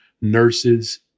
nurses